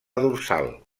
dorsal